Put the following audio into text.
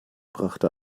brachte